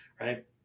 right